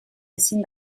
ezin